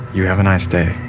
you have a nice day